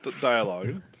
dialogue